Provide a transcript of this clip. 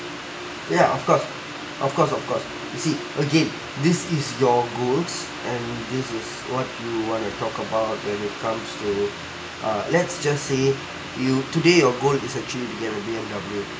ya of course of course of course you see again this is your goals and this is what you want to talk about when it comes to uh let's just say you today your goal is actually to get a B_M_W